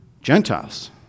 Gentiles